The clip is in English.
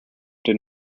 did